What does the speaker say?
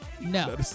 No